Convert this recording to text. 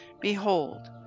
Behold